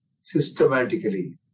systematically